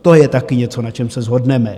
To je taky něco, na čem se shodneme.